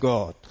God